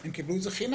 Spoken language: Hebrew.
הם קיבלו את זה חינם.